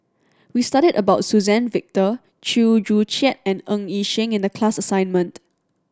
we studied about Suzann Victor Chew Joo Chiat and Ng Yi Sheng in the class assignment